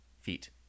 feet